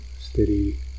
steady